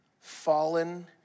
fallen